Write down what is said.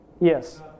Yes